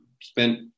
spent